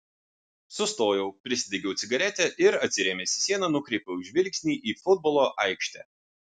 sustojau prisidegiau cigaretę ir atsirėmęs į sieną nukreipiau žvilgsnį į futbolo aikštę